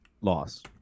Loss